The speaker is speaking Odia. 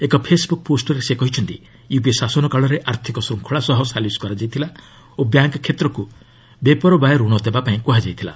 ଏକ ଫେସ୍ବୁକ୍ ପୋଷ୍ଟରେ ସେ କହିଛନ୍ତି ୟୁପିଏ ଶାସନ କାଳରେ ଆର୍ଥିକ ଶୃଙ୍ଖଳା ସହ ସାଲିସ୍ କରାଯାଇଥିଲା ଓ ବ୍ୟାଙ୍କ୍ କ୍ଷେତ୍ରକୁ ବେପରବାୟ ଋଣ ଦେବା ପାଇଁ କୁହାଯାଇଥିଲା